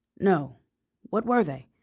no what were they?